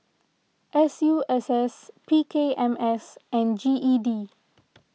S U S S P K M S and G E D